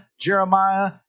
Jeremiah